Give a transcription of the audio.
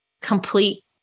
complete